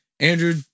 Andrew